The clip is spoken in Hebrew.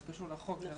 זה קשור לחוק -- נכון.